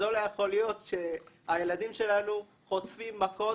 זה לא יכול להיות שהילדים שלנו חוטפים מכות